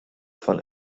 von